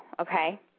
okay